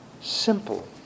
simple